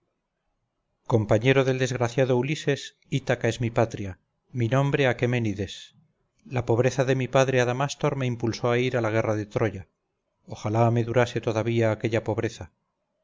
compañero del desgraciado ulises ítaca es mi patria mi nombre aqueménides la pobreza de mi padre adamástor me impulsó a ir a la guerra de troya